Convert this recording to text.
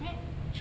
right